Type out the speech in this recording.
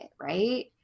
right